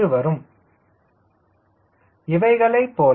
1 இவைகளைப் போல